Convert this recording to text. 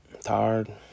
tired